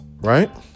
Right